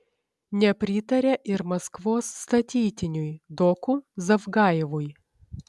nepritarė ir maskvos statytiniui doku zavgajevui